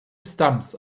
stumps